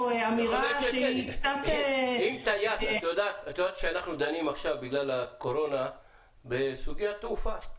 את יודעת שאנחנו דנים עכשיו בגלל הקורונה בסוגיית תעופה,